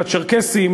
לצ'רקסים,